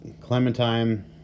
Clementine